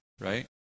right